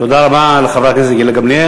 תודה רבה לחברת הכנסת גילה גמליאל.